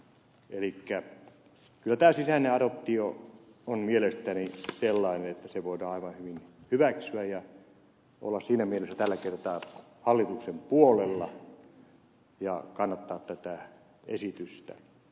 elikkä kyllä tämä sisäinen adoptio on mielestäni sellainen että se voidaan aivan hyvin hyväksyä ja olla siinä mielessä tällä kertaa hallituksen puolella ja kannattaa tätä esitystä